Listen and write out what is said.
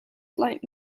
slight